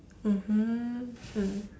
mmhmm mm